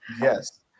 Yes